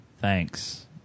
Thanks